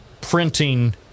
printing